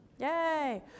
Yay